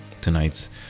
tonight's